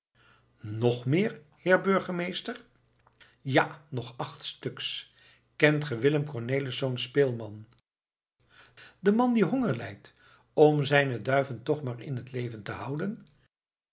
nog meer heer burgemeester ja nog acht stuks kent ge willem cornelisz speelman de man die honger lijdt om zijne duiven toch maar in het leven te houden